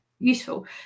useful